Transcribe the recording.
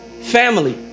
family